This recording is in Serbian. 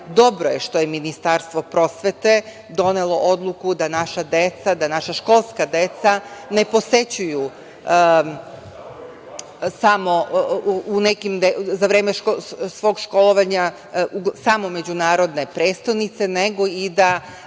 Dobro je što je Ministarstvo prosvete donelo odluku da naša deca, da naša školska deca ne posećuju samo za vreme svog školovanja samo međunarodne prestonice, nego i da